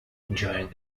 enjoying